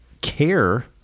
care